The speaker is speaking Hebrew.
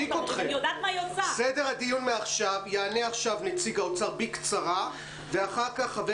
יענה עכשיו נציג האוצר בקצרה ואחר-כך חבר